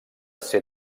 ser